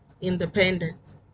Independent